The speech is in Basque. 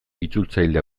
itzultzaile